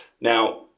Now